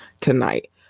tonight